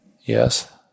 yes